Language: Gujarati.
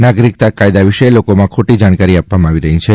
નાગરીક્તા કાયદા વિશે લોકોમાં ખોટી જાણકારી આપવામાં આવી રહી છે